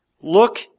Look